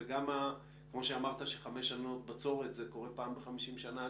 וכמו שאמרת שחמש שנות בצורת קורה פעם ב-50 שנה,